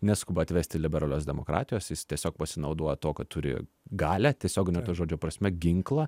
neskuba atvesti liberalios demokratijos jis tiesiog pasinauduo tuo kad turi galią tiesiogine to žodžio prasme ginklą